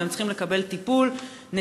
והם צריכים לקבל טיפול של העתקה,